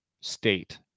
state